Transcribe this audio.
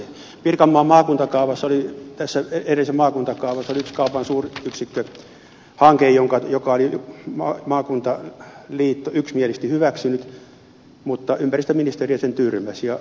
pirkanmaan edellisessä maakuntakaavassa oli kaupan suuryksikköhanke jonka oli maakuntaliitto yksimielisesti hyväksynyt mutta ympäristöministeriö sen tyrmäsi